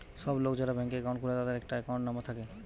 সব লোক যারা ব্যাংকে একাউন্ট খুলে তাদের একটা একাউন্ট নাম্বার থাকে